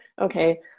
okay